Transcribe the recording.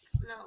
No